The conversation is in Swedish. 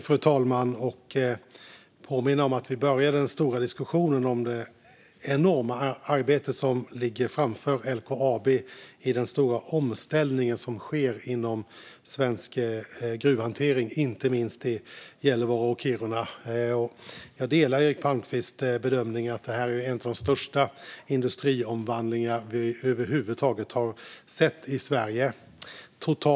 Fru talman! Jag vill påminna om att vi började diskussionen med det enorma arbete som ligger framför LKAB med den stora omställning som sker inom svensk gruvhantering, inte minst i Gällivare och Kiruna. Jag delar Eric Palmqvists bedömning att detta är en av de största industriomvandlingar vi över huvud taget har sett i Sverige.